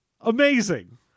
Amazing